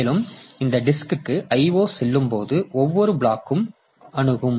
மேலும் இந்த டிஸ்க்குச் IO செல்லும் போது ஒவ்வொரு பிளாக் இம் அணுகும்